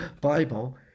Bible